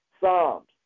Psalms